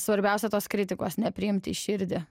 svarbiausia tos kritikos nepriimt į širdį